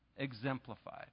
exemplified